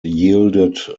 yielded